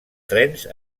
trens